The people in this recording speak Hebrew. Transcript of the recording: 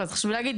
אז חשוב להגיד